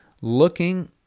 looking